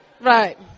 Right